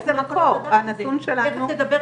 זה בסדר חברת הכנסת אימאן ח'טיב,